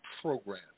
program